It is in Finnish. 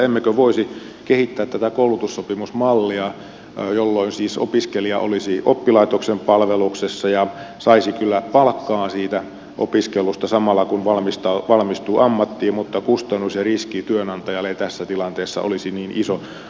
emmekö voisi kehittää tätä koulutussopimusmallia jolloin siis opiskelija olisi oppilaitoksen palveluksessa ja saisi kyllä palkkaa siitä opiskelusta samalla kun valmistuu ammattiin mutta kustannus ja riski työnantajalle ei tässä tilanteessa olisi niin iso